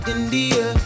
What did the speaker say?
India